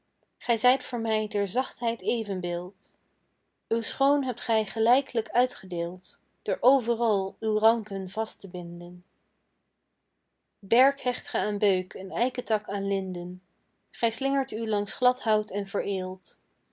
gij zijt voor mij der zachtheid evenbeeld uw schoon hebt gij gelijklijk uitgedeeld door overal uw ranken vast te binden berk hecht ge aan beuk en eiketak aan linden gij slingert u langs glad hout en vereeld